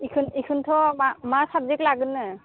इखोनोथ' मा साबजेक्ट लागोननो